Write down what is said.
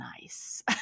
nice